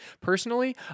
Personally